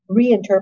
reinterpret